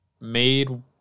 made